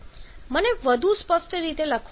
મને વધુ સ્પષ્ટ રીતે લખવા દો